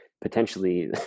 potentially